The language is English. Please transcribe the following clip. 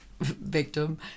victim